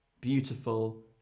beautiful